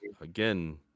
again